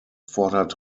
fordert